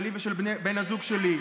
שלי ושל בן הזוג שלי.